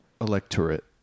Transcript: Electorate